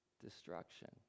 destruction